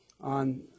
On